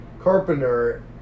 Carpenter